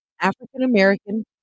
African-American